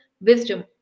wisdom